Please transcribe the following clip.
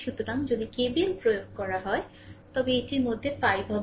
সুতরাং যদি KVL প্রয়োগ করে তবে এটি এর মধ্যে 5 হবে